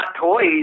toys